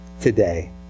today